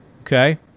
Okay